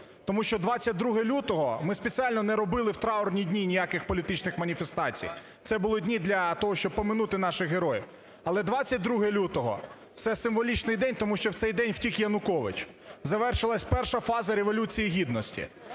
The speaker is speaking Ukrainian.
Тому що 22 лютого – ми спеціально не робили в траурні дні ніяких політичних маніфестацій, це були дні для того, щоб пом'янути наших героїв, - але 22 лютого – це символічний день, тому що в цей день втік Янукович, завершилась перша фаза Революції Гідності.